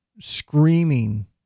screaming